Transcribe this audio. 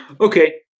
Okay